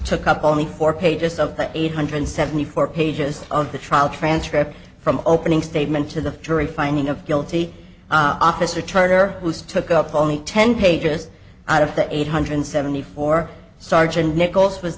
took up only four pages of the eight hundred seventy four pages of the trial transcript from opening statement to the jury finding of guilty officer turner whose took up only ten pages out of the eight hundred seventy four sergeant nichols was